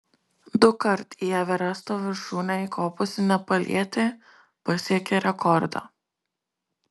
dukart į everesto viršūnę įkopusi nepalietė pasiekė rekordą